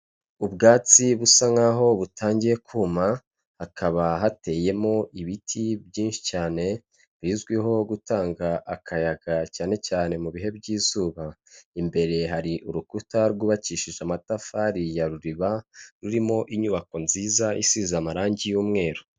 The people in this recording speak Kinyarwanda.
Ubwatsi busa nkaho butangiye kuma, hakaba hateyemo ibiti byinshi cyane bizwiho gutanga akayaga cyane cyane mu bihe by'izuba, imbere hari urukuta rwubakishije amatafari ya ruriba, rurimo inyubako nziza isize amarangi y'umweru.